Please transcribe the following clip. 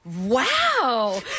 Wow